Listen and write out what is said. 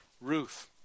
Ruth